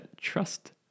trust